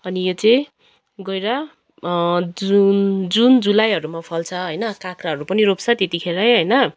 अनि यो चाहिँ गोएर जुन जुन जुलाईहरूमा फल्छ होइन काक्राहरू पनि रोप्छ त्यतिखेरै होइन